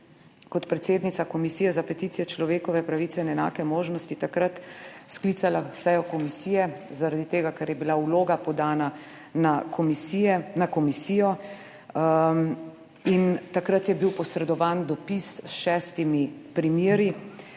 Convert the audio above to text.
kot predsednica Komisije za peticije, človekove pravice in enake možnosti takrat sklicala sejo komisije, ker je bila vloga podana na komisijo. Takrat je bil posredovan dopis s šestimi primeri